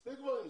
מספיק עם זה.